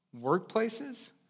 workplaces